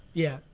yeah,